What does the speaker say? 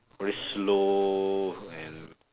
very slow and